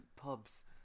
pubs